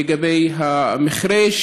לגבי המכרה.